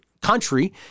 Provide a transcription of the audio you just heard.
country